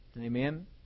amen